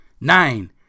Nine